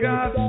God